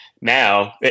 Now